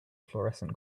florescent